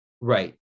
Right